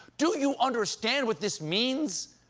do you understand what this means?